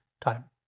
time